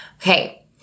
Okay